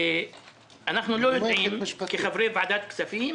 אנחנו לא יודעים כחברי ועדת הכספים